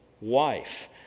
wife